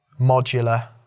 modular